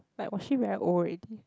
but was she very old already